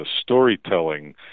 storytelling